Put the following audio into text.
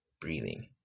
Breathing